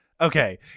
Okay